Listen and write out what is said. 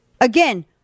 Again